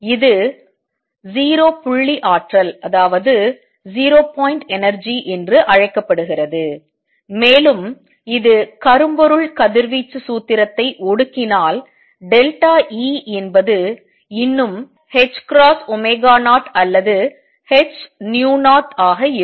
இது 0 புள்ளி ஆற்றல் என்று அழைக்கப்படுகிறது மேலும் இது கரும்பொருள் பிளாக்பாடி கதிர்வீச்சு சூத்திரத்தை ஒடுக்கினால் E என்பது இன்னும் 0 அல்லது h0 இருக்கும்